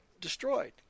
destroyed